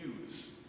use